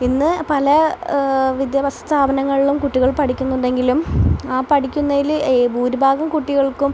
ഇന്ന് പല വിദ്യാഭാസ സ്ഥാപനങ്ങളിലും കുട്ടികൾ പഠിക്കുന്നുണ്ടെങ്കിലും ആ പഠിക്കുന്നതിൽ ഭൂരിഭാഗം കുട്ടികൾക്കും